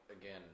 again